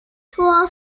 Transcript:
tor